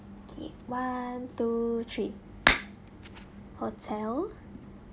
okay one two three hotel